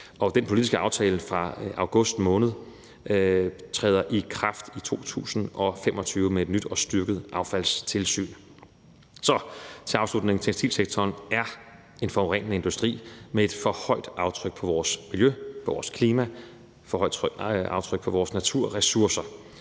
den politiske aftale fra august måned træder i kraft i 2025 med et nyt og styrket affaldstilsyn. Til afslutning vil jeg sige, at tekstilsektoren er en forurenende industri med et for højt aftryk på vores miljø, vores klima og et for